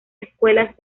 escuelas